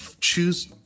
choose